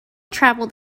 traveled